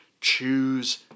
choose